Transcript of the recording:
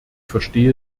verstehe